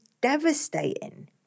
devastating